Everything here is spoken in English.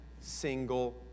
single